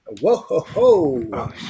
Whoa